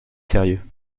sérieux